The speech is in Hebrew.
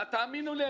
האמינו לי,